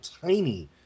tiny